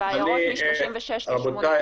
ובעיירות מ-36 ל- -- וזה רק מה שדווח.